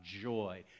joy